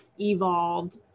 evolved